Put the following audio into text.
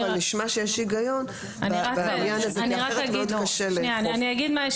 נשמע שיש הגיון בעניין הזה כי אחרת קשה לאכוף.